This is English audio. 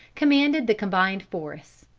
commanded the combined force.